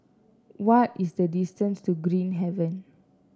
what is the distance to Green Haven